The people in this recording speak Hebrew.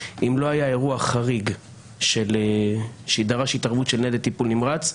אם לא היה אירוע חריג שדרש התערבות של ניידת טיפול נמרץ,